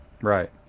Right